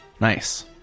Nice